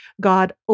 God